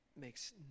makes